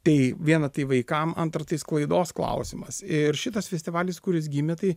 tai viena tai vaikam antra tai sklaidos klausimas ir šitas festivalis kuris gimė tai